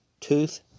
Tooth